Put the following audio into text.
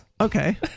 Okay